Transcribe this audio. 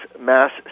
mass